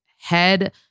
head